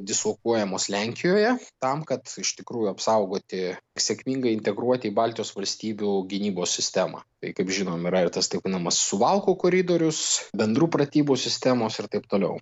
dislokuojamos lenkijoje tam kad iš tikrųjų apsaugoti sėkmingai integruoti į baltijos valstybių gynybos sistemą tai kaip žinom yra ir tas taip vadinamas suvalkų koridorius bendrų pratybų sistemos ir taip toliau